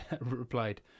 replied